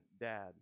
dad